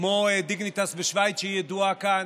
כמו Dignitas בשווייץ, שידועה כאן.